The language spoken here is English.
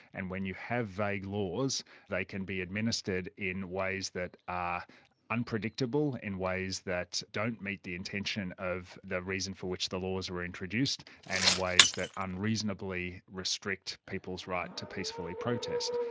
and when you have vague laws they can be administered in ways that are unpredictable, in ways that don't meet the intention of the reason for which the laws were introduced, and in ways that unreasonably restrict people's right to peacefully protest.